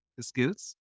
skills